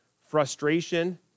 frustration